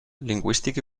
lingüístic